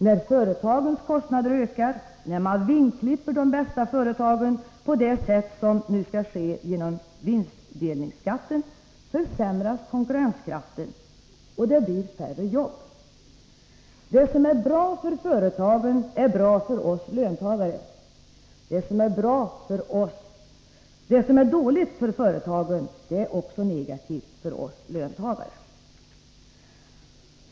När företagens kostnader ökar, när man vingklipper de bästa företagen på det sätt som nu skall ske genom vinstdelningsskatten, försämras konkurrenskraften och det blir färre jobb. Det som är bra för företagen, det är bra för oss löntagare. Det som är dåligt för företagen, det är också negativt för oss löntagare.